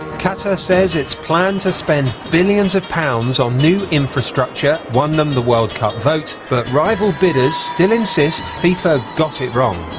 qatar says its plan to spend billions of pounds on new infrastructure won them the world cup vote, but rival bidders still insist fifa got it wrong.